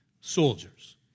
Soldiers